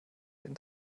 den